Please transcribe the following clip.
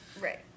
Right